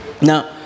Now